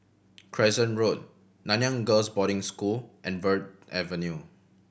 Crescent Road Nanyang Girls' Boarding School and Verde Avenue